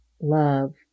love